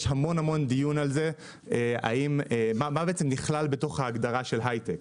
יש דיון על זה מה בעצם נכלל בתוך ההגדרה של היי-טק.